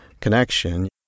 connection